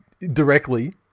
directly